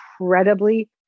incredibly